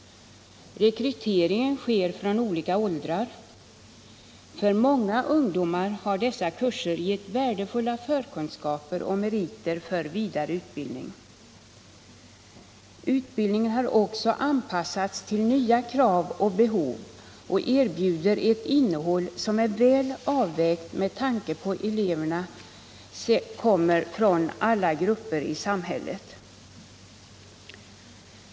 Rekryteringen sker från olika åldersgrupper. Många ungdomar har genom dessa kurser fått värdefulla förkunskaper och meriter för vidare utbildning. Utbildningen har också anpassats till nya krav och behov och erbjuder ett innehåll som är väl avvägt med tanke på att eleverna kommer från alla grupper i samhället.